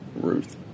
Ruth